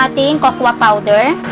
um the and cocoa powder.